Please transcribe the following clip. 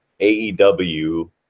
AEW